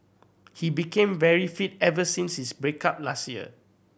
he became very fit ever since his break up last year